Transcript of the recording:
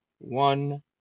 one